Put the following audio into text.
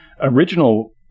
original